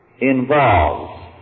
involves